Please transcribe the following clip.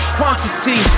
quantity